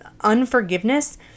unforgiveness